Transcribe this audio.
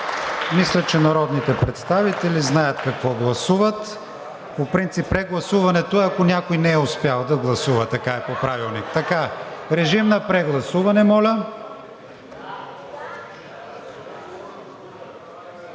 Мисля, че народните представители знаят какво гласуват. По принцип прегласуването е, ако някой не е успял да гласува. Така е по Правилник. Така – режим на прегласуване, моля.